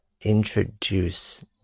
introduce